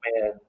man